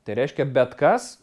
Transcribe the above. tai reiškia bet kas